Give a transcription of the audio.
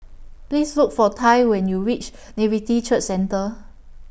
Please Look For Tai when YOU REACH Nativity Church Centre